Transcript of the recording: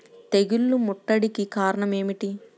తెగుళ్ల ముట్టడికి కారణం ఏమిటి?